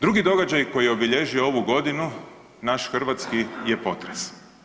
Drugi događaj koji je obilježio ovu godinu naš hrvatski je potres.